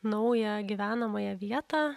naują gyvenamąją vietą